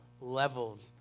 levels